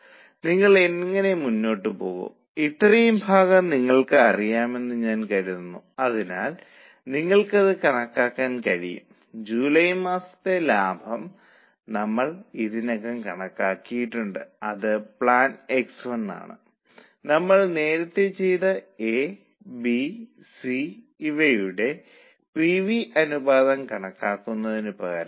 ഇപ്പോൾ ജീവനക്കാർക്ക് മികച്ച ഡീൽ നൽകാനും അവരുടെ വേതന നിരക്ക് 4 ആയി വർദ്ധിപ്പിക്കാനും നമ്മൾ ആഗ്രഹിക്കുന്നു മണിക്കൂർ വേരിയബിൾ ഓവർഹെഡ് നിരക്ക് അതേപടി തുടരും